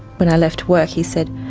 when i left work he said,